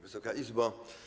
Wysoka Izbo!